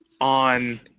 on